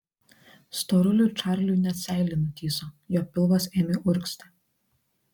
storuliui čarliui net seilė nutįso jo pilvas ėmė urgzti